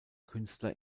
künstler